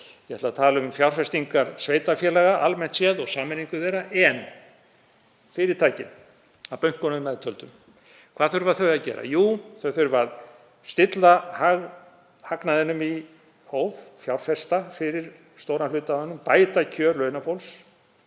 Ég ætla að tala um fjárfestingar sveitarfélaga almennt séð og sameiningu þeirra. — En fyrirtækin, að bönkunum meðtöldum: Hvað þurfa þau að gera? Jú, þau þurfa að stilla hagnaðinum í hóf, fjárfesta fyrir stóran hluta af honum, bæta kjör launafólks,